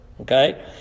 okay